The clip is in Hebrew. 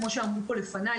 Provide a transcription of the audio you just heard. כמו שאמרו פה לפניי,